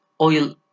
oil